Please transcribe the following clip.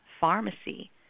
pharmacy